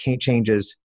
changes